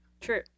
True